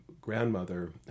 grandmother